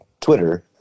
Twitter